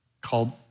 Called